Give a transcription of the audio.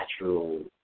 natural